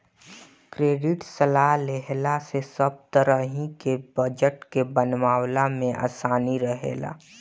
credit सलाह लेहला से सब तरही के बजट के बनवला में आसानी रहेला